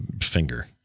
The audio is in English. finger